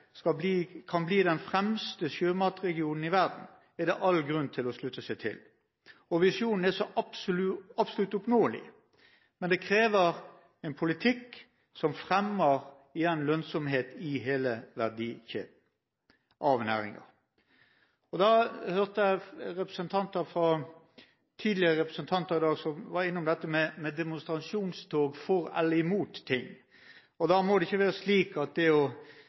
kan bli den fremste sjømatregionen i verden, er det all grunn til å slutte seg til. Visjonen er absolutt oppnåelig, men det krever en politikk som fremmer – igjen – lønnsomhet i hele verdikjeden av næringen. Jeg hørte representanter tidligere i dag som var inne på demonstrasjonstog for eller imot noe. Da må det ikke være slik at det å